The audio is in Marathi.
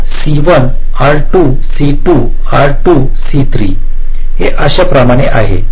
R C1 R2 C2 R2 C3 हे अशा प्रमाणे आहेत